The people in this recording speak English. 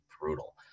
brutal